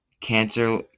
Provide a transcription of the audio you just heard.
cancer